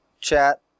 chat